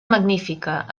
magnífica